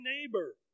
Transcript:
neighbor